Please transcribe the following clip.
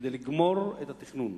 כדי לגמור את התכנון.